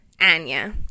Anya